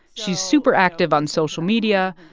she's super active on social media.